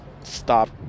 stop